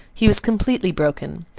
he was completely broken.